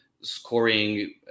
scoring